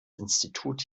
institut